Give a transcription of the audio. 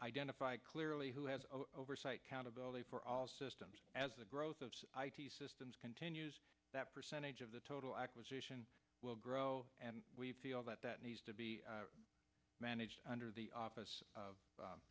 identify clearly who has oversight countability for all systems as the growth of systems continues that percentage of the total acquisition will grow and we feel that that needs to be managed under the office of